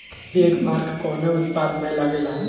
एगमार्क कवने उत्पाद मैं लगेला?